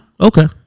okay